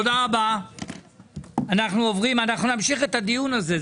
אנחנו נמשיך את הדיון הזה,